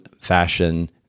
fashion